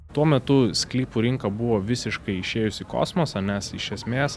tuo metu sklypų rinka buvo visiškai išėjus į kosmosą nes iš esmės